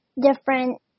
different